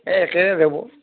এ একেই যাব